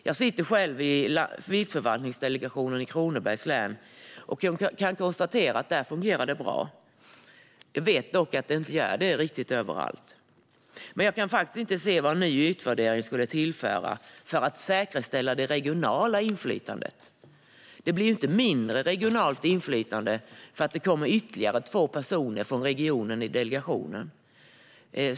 Jag sitter själv i Viltförvaltningsdelegationen i Kronobergs län, och jag konstaterar att där fungerar arbetet bra. Jag vet dock att det inte är så överallt. Men jag kan faktiskt inte se vad en ny utvärdering skulle tillföra för att säkerställa det regionala inflytandet. Det blir inte mindre regionalt inflytande för att det kommer in ytterligare två personer från regionen i delegationen.